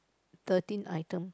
thirteen items